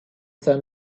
sun